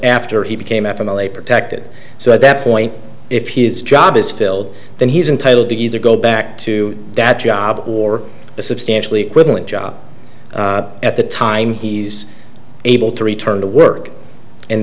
after he became ethical a protected so at that point if his job is filled then he's entitled to either go back to that job or a substantially equivalent job at the time he's able to return to work and